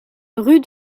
rue